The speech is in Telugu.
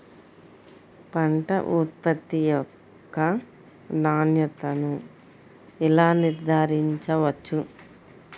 పంట ఉత్పత్తి యొక్క నాణ్యతను ఎలా నిర్ధారించవచ్చు?